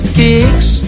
kicks